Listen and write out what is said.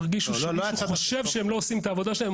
שהם ירגישו שמישהו חושב שהם לא עושים את העבודה שלהם.